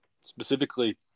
specifically